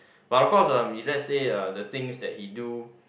but of course uh we let's say uh the things that he do